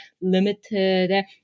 limited